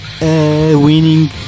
winning